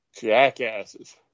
jackasses